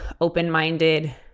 open-minded